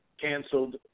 canceled